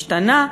השתנה?